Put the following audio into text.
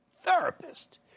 therapist